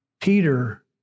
Peter